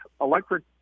Electric